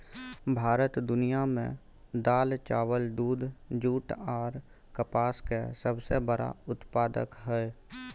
भारत दुनिया में दाल, चावल, दूध, जूट आर कपास के सबसे बड़ा उत्पादक हय